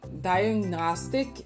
Diagnostic